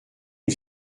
une